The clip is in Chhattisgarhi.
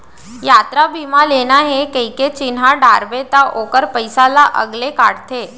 यातरा बीमा लेना हे कइके चिन्हा डारबे त ओकर पइसा ल अलगे काटथे